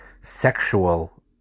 sexual